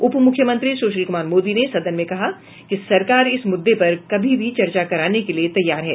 उप मुख्यमंत्री सुशील कुमार मोदी ने सदन में कहा कि सरकार इस मुद्दे पर कभी भी चर्चा कराने के लिये तैयार है